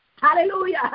Hallelujah